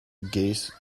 gaze